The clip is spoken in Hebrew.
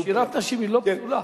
שירת נשים היא לא פסולה.